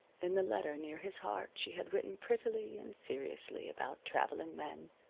in the letter near his heart she had written prettily and seriously about traveling men,